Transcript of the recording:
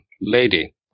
lady